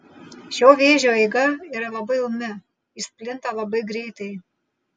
šio vėžio eiga yra labai ūmi jis plinta labai greitai